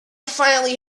finally